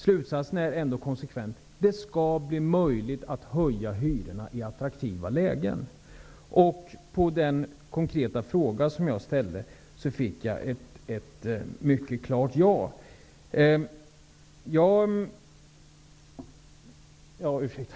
Slutsatsen är att det skall bli möjligt att höja hyrorna för lägenheter i attraktiva lägen. På den konkreta fråga som jag ställde fick jag ett mycket klart ja som svar.